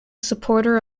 supporter